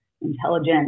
intelligent